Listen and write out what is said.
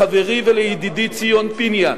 לחברי ולידידי ציון פיניאן.